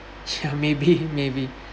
ya maybe maybe